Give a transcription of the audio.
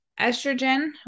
estrogen